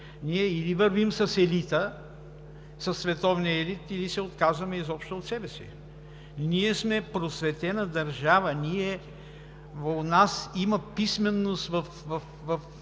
ние или вървим със световния елит, или се отказваме изобщо от себе си. Ние сме просветена държава, у нас има писменост в